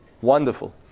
wonderful